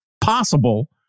possible